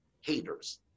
haters